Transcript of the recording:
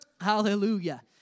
Hallelujah